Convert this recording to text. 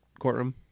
courtroom